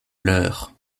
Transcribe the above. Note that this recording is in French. leurre